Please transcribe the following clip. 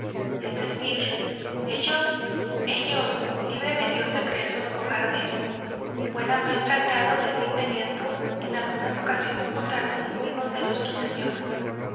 es decir ellos ellos líbreme dios de creerlos cobardes buena muestra han dado de sí peleando en algunas ocasiones contra los enemigos de nuestro señor